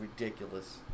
ridiculous